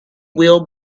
will